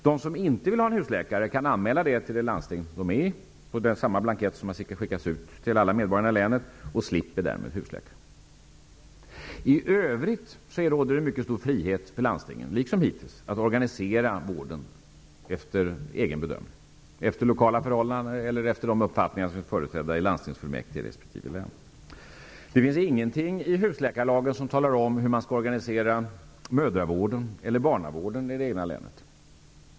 De som inte vill ha en husläkare kan anmäla det till det landsting de tillhör, på samma blankett som har skickats ut till alla medborgare i länet. De slipper därmed husläkare. I övrigt råder det liksom hittills mycket stor frihet för landstingen att organisera vården efter egen bedömning, efter lokala förhållanden eller efter de uppfattningar som är företrädda i landstingsfullmäktige i respektive län. Det finns ingenting i husläkarlagen som talar om hur mödravården eller barnavården i länet skall organiseras.